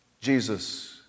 Jesus